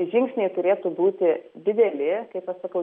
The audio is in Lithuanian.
žingsniai turėtų būti dideli kaip aš sakau